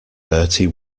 bertie